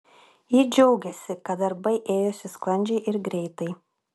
ji džiaugiasi kad darbai ėjosi sklandžiai ir greitai